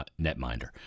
netminder